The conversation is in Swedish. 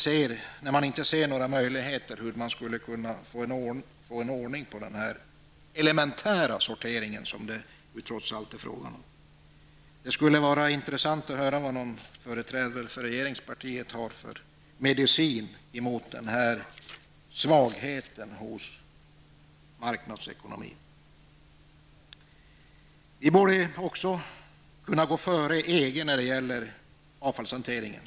De ser inte några möjligheter till att få någon ordning på den elemäntära sortering som det här ju trots allt är fråga om. Det skulle vara intressant att höra vad någon företrädare för regeringspartiet har för medicin mot denna svaghet i marknadsekonomin. Vi borde i Sverige också kunna gå före EG när det gäller avfallshanteringen.